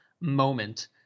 moment